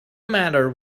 matter